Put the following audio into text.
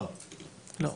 לא,